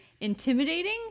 intimidating